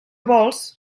vols